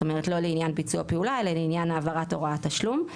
זאת אומרת לא לעניין ביצוע פעולה אלא לעניין העברת הוראת תשלום.